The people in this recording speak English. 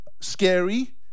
scary